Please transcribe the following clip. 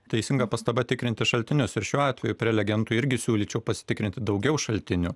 teisinga pastaba tikrinti šaltinius ir šiuo atveju prelegentui irgi siūlyčiau pasitikrinti daugiau šaltinių